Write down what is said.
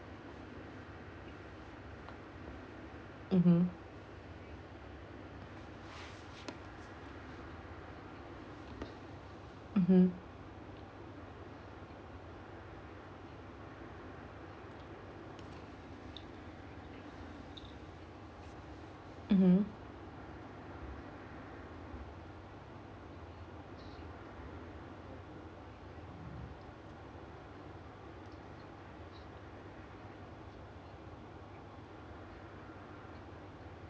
mmhmm mmhmm mmhmm